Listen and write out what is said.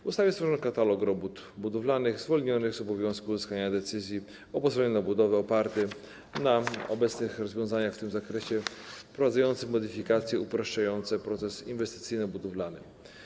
W ustawie stworzono katalog robót budowlanych objętych zwolnieniem z obowiązku uzyskania decyzji o pozwoleniu na budowę oparty na obecnych rozwiązaniach w tym zakresie, wprowadzający modyfikacje upraszczające proces inwestycyjno-budowlany.